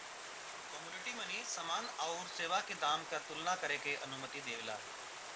commodity money समान आउर सेवा के दाम क तुलना करे क अनुमति देवला